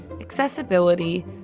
accessibility